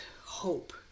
hope